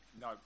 No